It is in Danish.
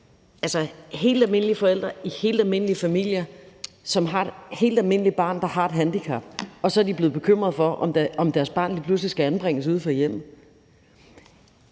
altså helt almindelige forældre i helt almindelige familier, som har et helt almindeligt barn, der har et handicap, og så er de blevet bekymret for, om deres barn lige pludselig skal anbringes uden for hjemmet.